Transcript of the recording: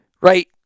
Right